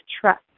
trust